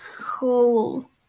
cool